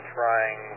trying